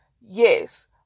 yes